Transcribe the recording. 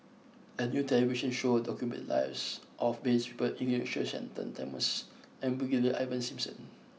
a new television show documented lives of various people including Sir Shenton Thomas and Brigadier Ivan Simson